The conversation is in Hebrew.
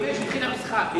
ב-17:00 התחיל המשחק.